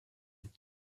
its